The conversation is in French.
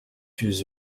vieux